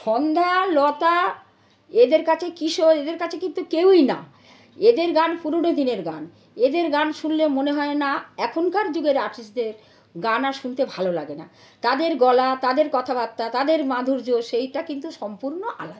সন্ধ্যা লতা এদের কাছে কিশোর এদের কাছে কিন্তু কেউই না এদের গান পুরনো দিনের গান এদের গান শুনলে মনে হয় না এখনকার যুগের আর্টিস্টদের গান আর শুনতে ভালো লাগে না তাদের গলা তাদের কথাবার্তা তাদের মাধুর্য সেইটা কিন্তু সম্পূর্ণ আলাদা